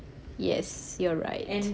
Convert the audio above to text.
yes you are right